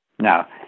Now